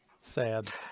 Sad